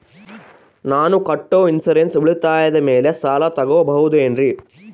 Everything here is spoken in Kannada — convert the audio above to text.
ನಾನು ಕಟ್ಟೊ ಇನ್ಸೂರೆನ್ಸ್ ಉಳಿತಾಯದ ಮೇಲೆ ಸಾಲ ತಗೋಬಹುದೇನ್ರಿ?